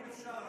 אם אפשר,